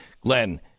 glenn